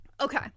Okay